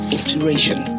Inspiration